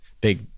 big